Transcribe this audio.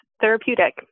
therapeutic